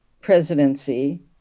presidency